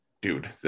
dude